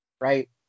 right